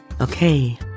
Okay